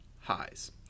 highs